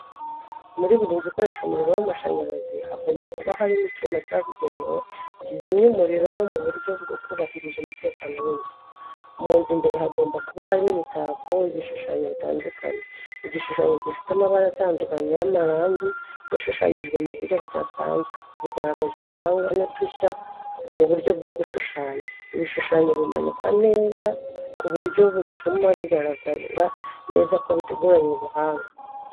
Muri buri nzu ikoresha umuriro w'amashanyarazi, hagomba kuba harimo icyuma cyabugenewe cyizimya umuriro no mu buryo bwo kubahiriza umutekano w'inzu. Mu nzu imbere hagomba kuba harimo imitako, ibishushanyo bitandukanye. Igishushanyo gifite amabara atandukanye y'amarangi yashushanyijwe mu buryo budasanzwe, bigaragaza ubuhanga n’udushya mu buryo bwo gushushanya. Ibishushanyo bimanikwa neza, ku buryo butuma bigaragara neza ko biteguranye ubuhanga.